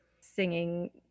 singing